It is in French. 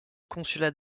consulat